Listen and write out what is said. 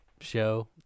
show